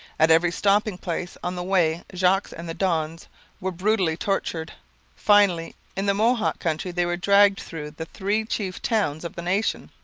at every stopping-place on the way jogues and the donnes were brutally tortured finally, in the mohawk country they were dragged through the three chief towns of the nation,